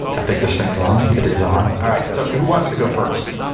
i think the stings on it is on all right so who wants to go first.